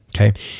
okay